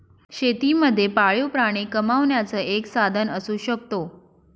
शेती मध्ये पाळीव प्राणी कमावण्याचं एक साधन असू शकतो